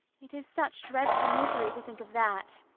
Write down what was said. it is such dreadful misery to think of that.